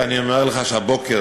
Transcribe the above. אני אומר לך שהבוקר,